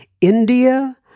India